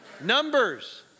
numbers